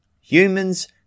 Humans